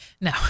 no